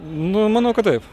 nu manau kad taip